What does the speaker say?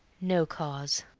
no cause.